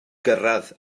gyrraedd